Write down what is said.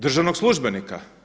Državnog službenika